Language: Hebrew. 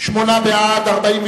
אגבאריה,